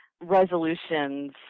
resolutions